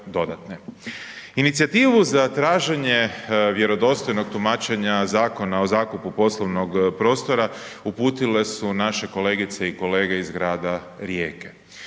Inicijativu za traženje vjerodostojnog tumačenja Zakona o zakupu poslovnog prostora uputile su naše kolegice i kolege iz grada Rijeke.